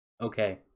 okay